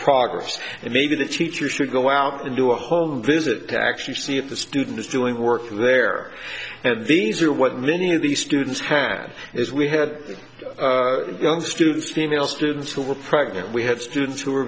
progress and maybe the teacher should go out and do a home visit to actually see if the student is doing work there and these are what many of these students had as we had students female students who were pregnant we had